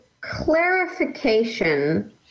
clarification